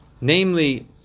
namely